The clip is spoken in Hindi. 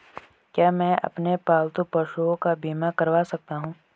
क्या मैं अपने पालतू पशुओं का बीमा करवा सकता हूं?